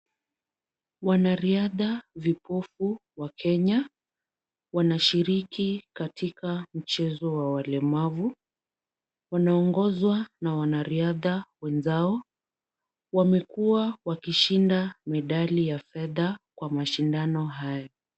Wanariadha vipofu wa Kenya wanashiriki katika mchezo wa walemavu. Wanaongozwa na wanariadha wenzao. Wamekuwa wakishinda medali ya fedha kwa mashindano hayo.